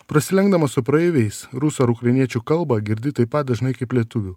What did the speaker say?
prasilenkdamas su praeiviais rusų ar ukrainiečių kalbą girdi taip pat dažnai kaip lietuvių